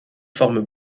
formes